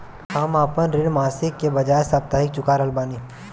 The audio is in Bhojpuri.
हम आपन ऋण मासिक के बजाय साप्ताहिक चुका रहल बानी